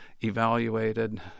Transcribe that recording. evaluated